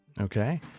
Okay